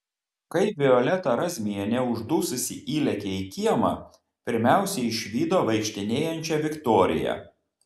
kai violeta razmienė uždususi įlėkė į kiemą pirmiausia išvydo vaikštinėjančią viktoriją